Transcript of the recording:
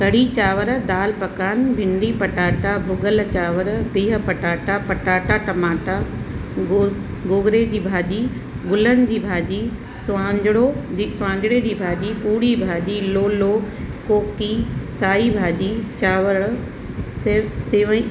कढ़ी चावरु दालि पकवान भिंडी पटाटा भुॻल चावरु बिह पटाटा पटाटा टमाटा गोग गोगिड़े जी भाॼी गुलनि जी भाॼी सुवांजिड़ो जी सुवांजिड़े जी भाॼी पूरी भाॼी लोलो कोकी साई भाॼी चावर सेव सेवई